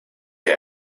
der